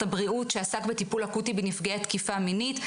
הבריאות שעסקה בטיפול אקוטי בנפגעי תקיפה מינית.